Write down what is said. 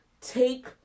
take